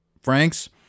Frank's